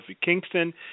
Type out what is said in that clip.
Kingston